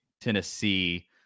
Tennessee